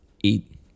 Eat